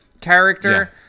character